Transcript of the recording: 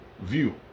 view